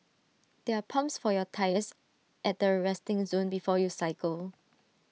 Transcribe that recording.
there are pumps for your tyres at the resting zone before you cycle